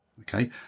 Okay